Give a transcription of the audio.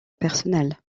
personnelle